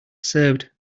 served